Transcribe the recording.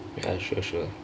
ya sure sure